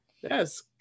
Yes